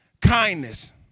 kindness